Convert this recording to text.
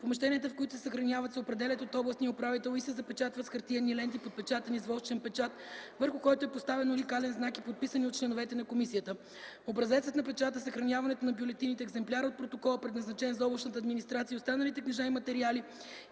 Помещенията, в които се съхраняват се определят от кмета на общината и се запечатват с хартиени ленти, подпечатани с восъчен печат, върху който е поставен уникален знак и подписани от членовете на комисията. Образецът на печата, съхраняването на бюлетините, екземплярите от протоколите, предназначени за общинската администрация и останалите книжа и материали